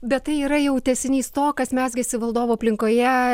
bet tai yra jau tęsinys to kas mezgėsi valdovo aplinkoje